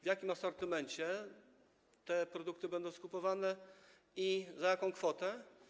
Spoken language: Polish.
W jakim asortymencie te produkty będą skupowane i za jaką kwotę?